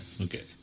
Okay